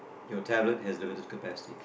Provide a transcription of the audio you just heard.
your tablet has limited capacity